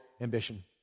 ambition